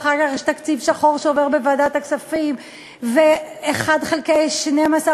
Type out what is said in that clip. ואחר כך יש תקציב שחור שעובר בוועדת הכספים ו-1 חלקי 12,